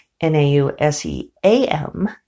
N-A-U-S-E-A-M